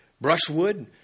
brushwood